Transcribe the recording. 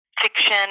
Fiction